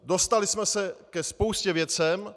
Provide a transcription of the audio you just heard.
Dostali jsme se ke spoustě věcí.